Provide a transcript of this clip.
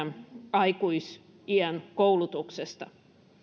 aikuisiän koulutuksesta